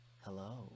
Hello